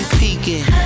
peeking